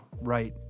right